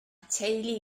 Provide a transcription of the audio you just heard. teulu